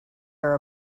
are